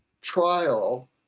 trial